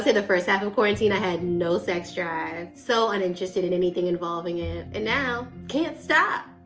the first half of quarantine, i had no sex drive. so uninterested in anything involving it. and now, can't stop.